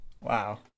wow